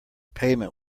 payment